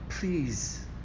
Please